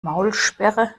maulsperre